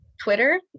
Twitter